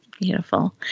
Beautiful